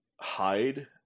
hide